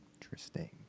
interesting